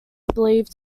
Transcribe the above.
believed